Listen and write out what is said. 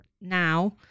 now